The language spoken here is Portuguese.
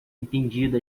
entendido